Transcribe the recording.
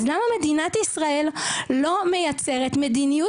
אז למה מדינת ישראל לא מייצרת מדיניות